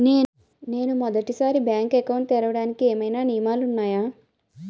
నేను మొదటి సారి బ్యాంక్ అకౌంట్ తెరవడానికి ఏమైనా నియమాలు వున్నాయా?